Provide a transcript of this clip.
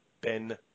Ben